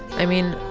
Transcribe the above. i mean,